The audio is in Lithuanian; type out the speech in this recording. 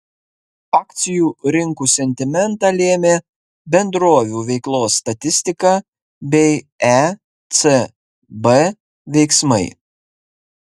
akcijų rinkų sentimentą lėmė bendrovių veiklos statistika bei ecb veiksmai